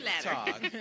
talk